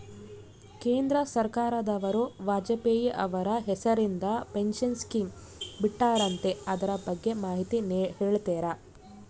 ಕೇಂದ್ರ ಸರ್ಕಾರದವರು ವಾಜಪೇಯಿ ಅವರ ಹೆಸರಿಂದ ಪೆನ್ಶನ್ ಸ್ಕೇಮ್ ಬಿಟ್ಟಾರಂತೆ ಅದರ ಬಗ್ಗೆ ಮಾಹಿತಿ ಹೇಳ್ತೇರಾ?